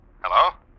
Hello